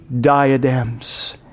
diadems